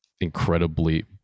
incredibly